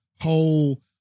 whole